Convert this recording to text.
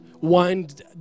wind